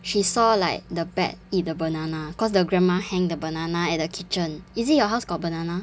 she saw like the bat eat the banana cause the grandma hang the banana at the kitchen is it your house got banana